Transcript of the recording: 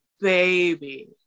baby